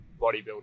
bodybuilding